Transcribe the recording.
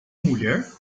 mulher